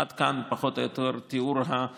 עד כאן פחות או יותר תיאור התוכנית.